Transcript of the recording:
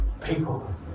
people